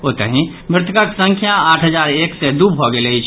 ओतहि मृतकक संख्या आठ हजार एक सय दू भऽ गेल अछि